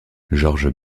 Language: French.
georges